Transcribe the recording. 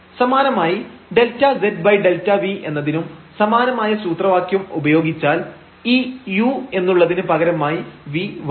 സമാനമായി ΔzΔv എന്നതിനും സമാനമായ സൂത്രവാക്യം ഉപയോഗിച്ചാൽ ഈ u എന്നുള്ളതിന് പകരമായി v വരും